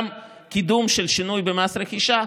גם קידום של שינוי במס רכישה,